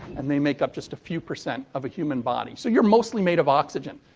and they make up just a few percent of a human body. so, you're mostly made of oxygen.